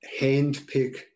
handpick